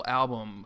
album